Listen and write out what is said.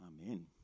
Amen